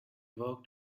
worked